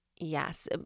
yes